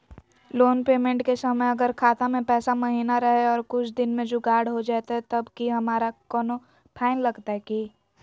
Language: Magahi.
लोन पेमेंट के समय अगर खाता में पैसा महिना रहै और कुछ दिन में जुगाड़ हो जयतय तब की हमारा कोनो फाइन लगतय की?